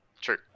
True